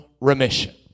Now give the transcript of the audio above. remission